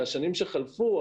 בשנים שחלפו,